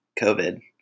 COVID